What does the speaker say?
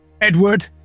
Edward